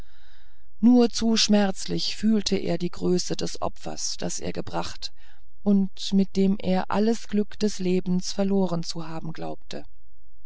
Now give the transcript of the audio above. nur zu schmerzlich fühlte er die größe des opfers das er gebracht und mit dem er alles glück des lebens verloren zu haben glaubte